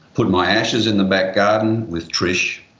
put my ashes in the back garden with trish.